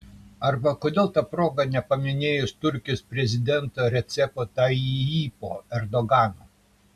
arba kodėl ta proga nepaminėjus turkijos prezidento recepo tayyipo erdogano